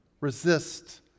Resist